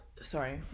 Sorry